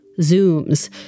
Zooms